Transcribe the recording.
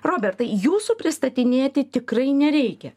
robertai jūsų pristatinėti tikrai nereikia